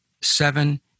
seven